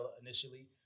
initially